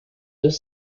deux